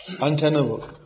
untenable